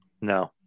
No